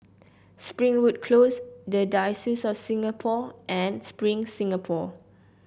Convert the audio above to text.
Springwood Close the Diocese of Singapore and Spring Singapore